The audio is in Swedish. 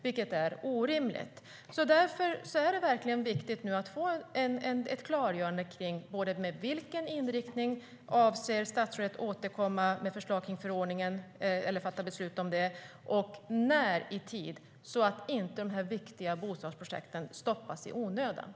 Detta är orimligt